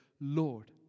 Lord